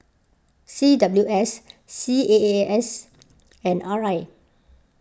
C W S C A A S and R I